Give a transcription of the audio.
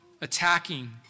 attacking